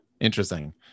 Interesting